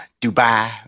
Dubai